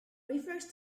refers